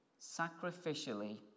sacrificially